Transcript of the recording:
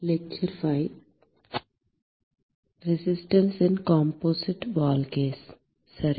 கலப்பு சுவர் வழக்கில் எதிர்ப்புகள் சரி